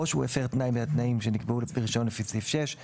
או שהוא הפר תנאי מהתנאים שנקבעו ברישיון לפי סעיף 6;